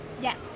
Yes